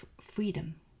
freedom